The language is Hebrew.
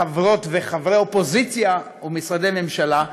חברות וחברי אופוזיציה ומשרדי ממשלה.